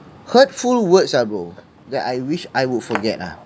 hurtful words ah bro that I wish I would forget ah